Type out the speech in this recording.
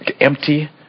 empty